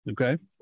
Okay